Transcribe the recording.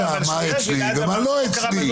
-- אז אני יודע מה אצלי ומה לא אצלי.